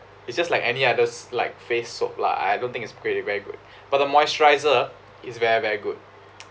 it's just like any other s~ like face soap lah I don't think it's very very good but the moisturizer is very very good